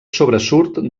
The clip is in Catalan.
sobresurt